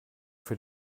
für